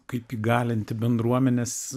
kaip įgalinti bendruomenes